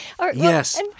Yes